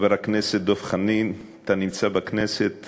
חבר הכנסת דב חנין, אתה נמצא בכנסת